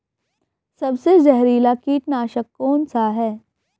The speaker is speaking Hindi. सबसे जहरीला कीटनाशक कौन सा है?